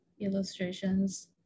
illustrations